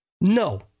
No